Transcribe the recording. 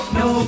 no